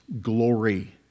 glory